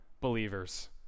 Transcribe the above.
believers